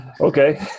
Okay